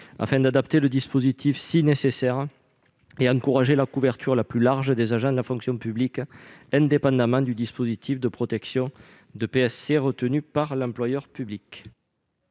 est, d'adapter le dispositif et d'encourager la couverture la plus large des agents de la fonction publique, indépendamment du type de contrat de PSC retenu par l'employeur public.